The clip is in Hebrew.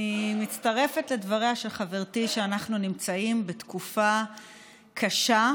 אני מצטרפת לדבריה של חברתי שאנחנו נמצאים בתקופה קשה,